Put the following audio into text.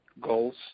goals